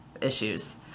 issues